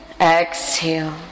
Exhale